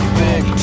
big